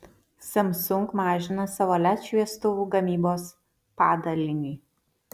samsung mažina savo led šviestuvų gamybos padalinį